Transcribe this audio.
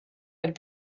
had